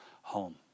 home